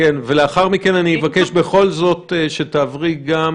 לאחר מכן אבקש בכל זאת שתעברי גם